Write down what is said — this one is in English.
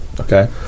Okay